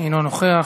אינו נוכח.